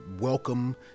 welcome